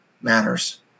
matters